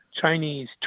Chinese